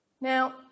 Now